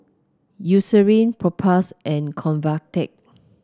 Eucerin Propass and Convatec